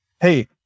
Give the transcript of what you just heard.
hey